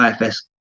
IFS